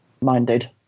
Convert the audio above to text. minded